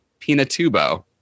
Pinatubo